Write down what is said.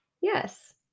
Yes